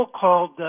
called